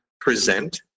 present